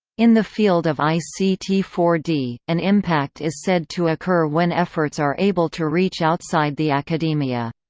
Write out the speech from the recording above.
in the field of i c t four d, an impact is said to occur when efforts are able to reach outside the academia.